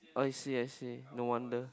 I see I see no wonder